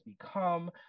become